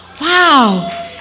Wow